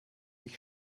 ich